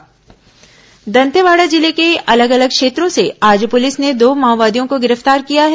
माओवादी गिरफ्तार बम दंतेवाड़ा जिले के अलग अलग क्षेत्रों से आज पुलिस ने दो माओवादियों को गिरफ्तार किया है